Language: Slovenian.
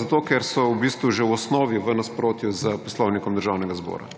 zato ker so v bistvu že v osnovi v nasprotju s Poslovnikom Državnega zbora.